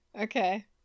Okay